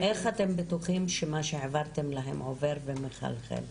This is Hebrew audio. איך אתם בטוחים שמה שהעברתם להם עובר ומחלחל?